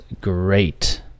great